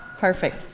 Perfect